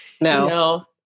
No